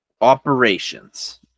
operations